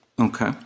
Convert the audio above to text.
Okay